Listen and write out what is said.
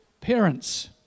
parents